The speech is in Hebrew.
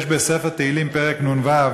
יש בספר תהילים, פרק נ"ו: